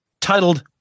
titled